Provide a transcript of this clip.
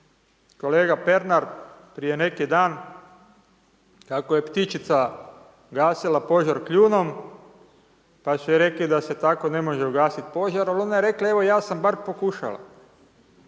kolega Pernar prije neki dan, kako je ptičica gasila požar kljunom, pa su joj rekli da se tako ne može ugasiti požar, a ona je rekla evo ja sam bar pokušala.